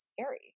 scary